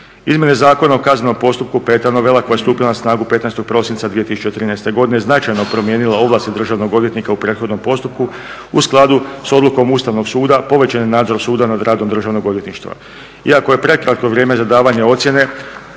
Izmjene Zakona o kaznenom postupku peta novela koja je stupila na snagu 15. prosinca 2013. godine značajno je promijenila ovlasti Državnog odvjetnika u prethodnom postupku. U skladu sa odlukom Ustavnog suda povećan je nadzor suda nad radom Državnog odvjetništva. Iako je prekratko vrijeme za davanje ocjene